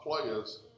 players